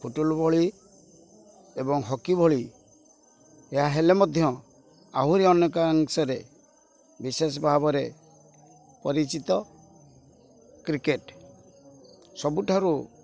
football ଭଳି ଏବଂ hockey ଭଳି ଏହା ହେଲେ ମଧ୍ୟ ଆହୁରି ଅନେକାଂଶରେ ବିଶେଷ ଭାବରେ ପରିଚିତ କ୍ରିକେଟ ସବୁଠାରୁ